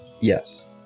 Yes